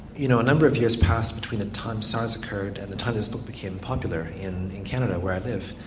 you know a number of years passed between the time sars occurred and the time this book became popular in in canada where i live.